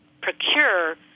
procure